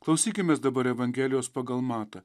klausykimės dabar evangelijos pagal matą